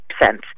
percent